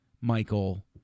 Michael